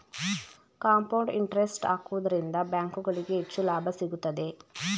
compound interest ಹಾಕುವುದರಿಂದ ಬ್ಯಾಂಕುಗಳಿಗೆ ಹೆಚ್ಚು ಲಾಭ ಸಿಗುತ್ತದೆ